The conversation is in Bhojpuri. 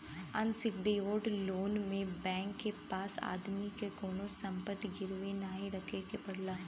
अनसिक्योर्ड लोन में बैंक के पास आदमी के कउनो संपत्ति गिरवी नाहीं रखे के पड़ला